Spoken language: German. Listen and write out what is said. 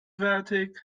fertig